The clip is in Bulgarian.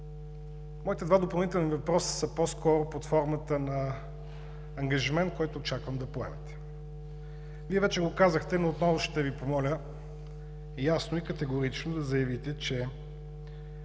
Моите два допълнителни въпроса са по-скоро под формата на ангажимент, който очаквам да поемете. Вие вече го казахте, но отново ще Ви помоля ясно и категорично да заявите, че